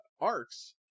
arcs